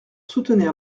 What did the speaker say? soutenir